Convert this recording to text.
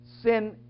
sin